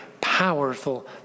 powerful